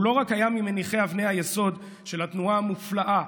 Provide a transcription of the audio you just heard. הוא לא רק היה ממניחי אבני היסוד של התנועה המופלאה,